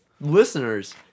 listeners